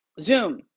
Zoom